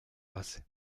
base